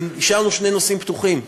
השארנו שני נושאים פתוחים,